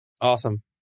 Awesome